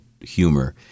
humor